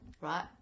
right